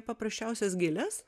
paprasčiausias gėles